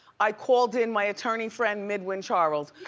i called in my attorney friend, midwin charles.